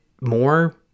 more